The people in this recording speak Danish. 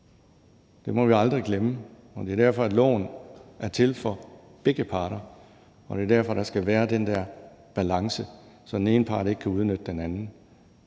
Det må vi aldrig glemme, og det er derfor, at loven er til for begge parter, og det er derfor, der skal være den der balance, så den ene part ikke kan udnytte den anden.